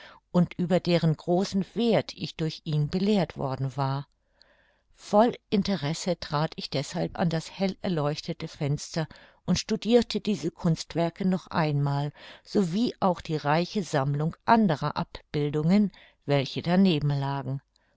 und über deren großen werth ich durch ihn belehrt worden war voll interesse trat ich deshalb an das hellerleuchtete fenster und studirte diese kunstwerke noch einmal sowie auch die reiche sammlung anderer abbildungen welche daneben lagen